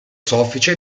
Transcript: soffice